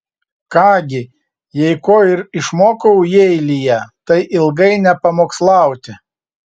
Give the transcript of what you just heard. ką gi jei ko ir išmokau jeilyje tai ilgai nepamokslauti